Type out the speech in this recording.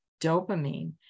dopamine